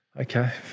Okay